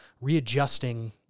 readjusting